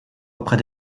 auprès